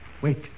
Wait